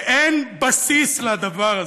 שאין בסיס לדבר הזה.